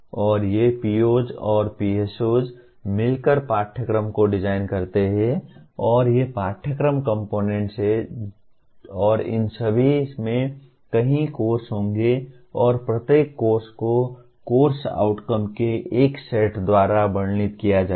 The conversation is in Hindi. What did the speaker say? और ये POs और PSOs मिलकर पाठ्यक्रम को डिजाइन करते हैं और ये पाठ्यक्रम कंपोनेन्ट्स हैं और इन सभी में कई कोर्स होंगे और प्रत्येक कोर्स को कोर्स आउटकम के एक सेट द्वारा वर्णित किया जाएगा